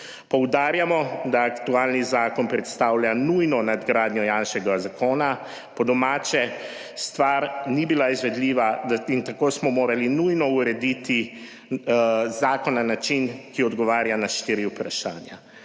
Poudarjamo, da aktualni zakon predstavlja nujno nadgradnjo Janševega zakona, po domače stvar ni bila izvedljiva in tako smo morali nujno urediti zakon na način, ki odgovarja na štiri vprašanja: